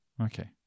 Okay